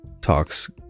talks